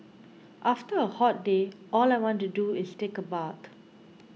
after a hot day all I want to do is take a bath